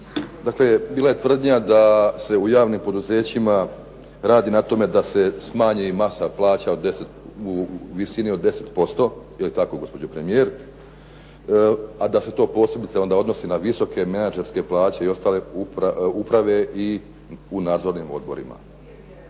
Dakle, bila je tvrdnja da se u javnim poduzećima radi na tome da se smanji masa plaća u visini od 10%, je li tako gospođo premijer, a da se to posebice odnosi na visoke menedžerske plaće i ostale uprave u nadzornim odborima.